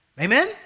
Amen